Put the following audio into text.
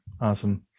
Awesome